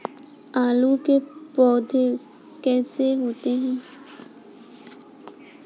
आलू के पौधे कैसे होते हैं?